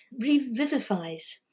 revivifies